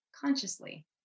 consciously